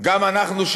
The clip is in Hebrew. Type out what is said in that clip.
וגם אנחנו,